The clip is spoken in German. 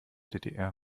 ddr